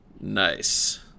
Nice